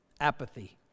Apathy